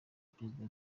perezida